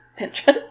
Pinterest